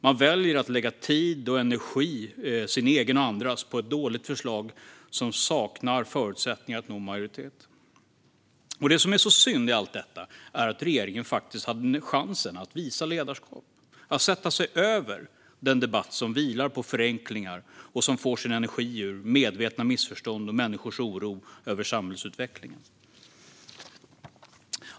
Man väljer att lägga tid och energi, sin egen och andras, på ett dåligt förslag som saknar förutsättningar att nå majoritet. Det som är synd i allt detta är att regeringen nu faktiskt hade chansen att visa ledarskap och sätta sig över den debatt som vilar på förenklingar och som får energi ur medvetna missförstånd och människors oro över samhällsutvecklingen.